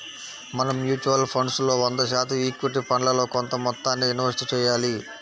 మనం mutual funds లో వంద శాతం ఈక్విటీ ఫండ్లలో కొంత మొత్తాన్నే ఇన్వెస్ట్ చెయ్యాలి